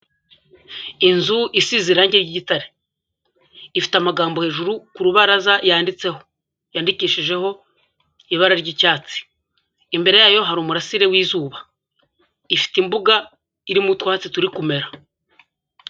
Inzu isize irangi ry'igitare, ifite amagambo hejuru ku rubaraza yanditseho, yandikishijeho ibara ry'icyatsi, imbere yayo hari umurasire w'izuba, ifite imbuga iririmo utwatsi turi kumera.